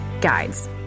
guides